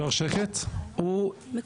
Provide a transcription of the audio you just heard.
הוא גם